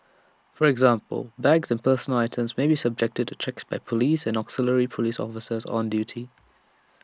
for example bags and personal items may be subjected to checks by Police and auxiliary Police officers on duty